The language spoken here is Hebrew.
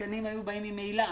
התקנים היו באים ממילא.